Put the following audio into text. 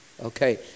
Okay